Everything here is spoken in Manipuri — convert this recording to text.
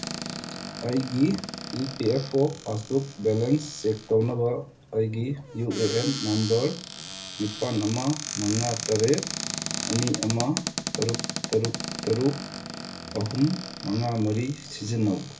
ꯑꯩꯒꯤ E P F O passbook balance check ꯇꯧꯅꯕ ꯑꯩꯒꯤ ꯌꯨ ꯑꯦ ꯑꯦꯟ ꯅꯝꯕꯔ ꯅꯤꯄꯥꯟ ꯑꯃ ꯃꯉꯥ ꯇꯔꯦꯠ ꯑꯅꯤ ꯑꯃ ꯇꯔꯨꯛ ꯇꯔꯨꯛ ꯇꯔꯨꯛ ꯑꯍꯨꯝ ꯃꯉꯥ ꯃꯔꯤ ꯁꯤꯖꯟꯅꯧ